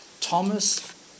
Thomas